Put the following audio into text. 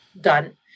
done